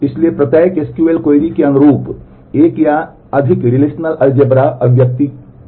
इसलिए प्रत्येक SQL query के अनुरूप एक या अधिक रिलेशनल अभिव्यक्ति है